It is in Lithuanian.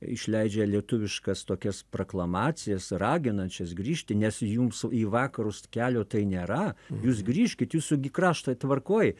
išleidžia lietuviškas tokias proklamacijas raginančias grįžti nes jums į vakarus kelio tai nėra jūs grįžkit jūsų gi kraštai tvarkoj